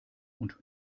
und